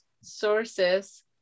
sources